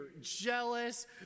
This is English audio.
jealous